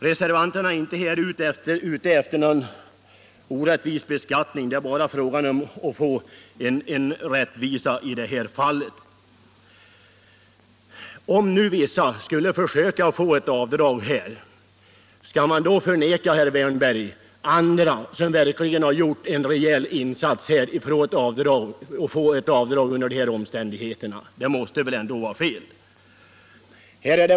Reservanterna är inte ute efter någon orättvis beskattning. Det är bara fråga om att få rättvisa i det här fallet. Om nu vissa personer skulle försöka få ett avdrag som inte är berättigat, skall man då, herr Wärnberg, neka andra, som verkligen har gjort en reell insats, att få ett avdrag under de här omständigheterna? Det måste väl ändå vara fel.